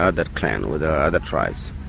other clan, with the other tribes.